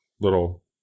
little